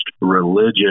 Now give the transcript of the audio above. religion